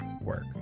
work